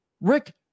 Rick